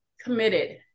committed